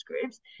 groups